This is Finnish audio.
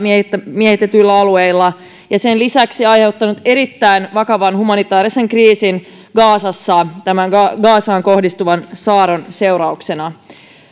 miehitetyillä alueilla ja sen lisäksi aiheuttanut erittäin vakavan humanitaarisen kriisin gazassa tämän gazaan kohdistuvan saarron seurauksena